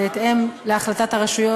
בהתאם להחלטת הרשויות,